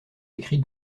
écrites